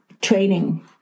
training